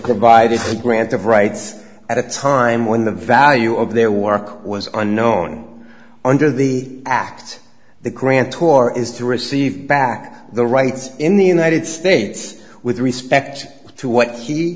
the grant of rights at a time when the value of their work was unknown under the act the grand tour is to receive back the rights in the united states with respect to what he